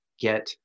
get